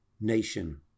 nation